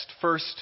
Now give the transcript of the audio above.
first